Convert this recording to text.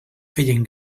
feien